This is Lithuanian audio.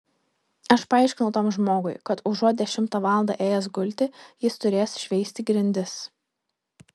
aš paaiškinau tam žmogui kad užuot dešimtą valandą ėjęs gulti jis turės šveisti grindis